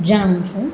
જાણું છું